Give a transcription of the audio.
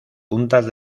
puntas